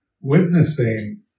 witnessing